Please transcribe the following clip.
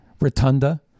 rotunda